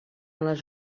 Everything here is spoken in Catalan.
les